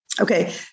Okay